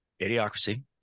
Idiocracy